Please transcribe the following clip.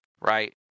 right